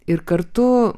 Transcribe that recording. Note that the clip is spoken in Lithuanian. ir kartu